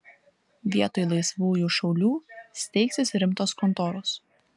vietoj laisvųjų šaulių steigsis rimtos kontoros